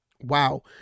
Wow